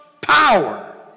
power